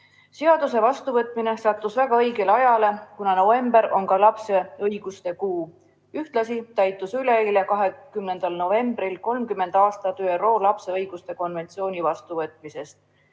Seaduse vastuvõtmine sattus väga õigele ajale, kuna november on lapse õiguste kuu. Ühtlasi täitus üleeile, 20. novembril 30 aastat ÜRO lapse õiguste konventsiooni vastuvõtmisest.